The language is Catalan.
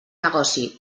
negoci